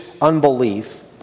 unbelief